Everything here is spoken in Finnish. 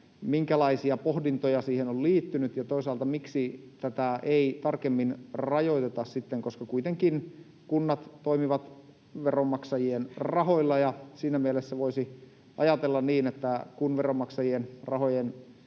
minkälaisia pohdintoja siihen on liittynyt, ja toisaalta siitä, miksi tätä ei sitten tarkemmin rajoiteta. Kuitenkin kunnat toimivat veronmaksajien rahoilla, ja siinä mielessä voisi ajatella niin, että kun veronmaksajien rahojen